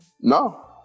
No